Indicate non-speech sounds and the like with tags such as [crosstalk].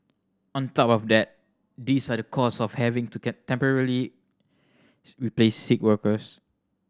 on top of that this are the cost of having to [unintelligible] temporarily [unintelligible] replace sick workers